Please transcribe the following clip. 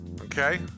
okay